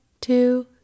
two